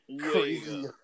Crazy